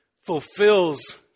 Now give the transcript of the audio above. Fulfills